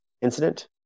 incident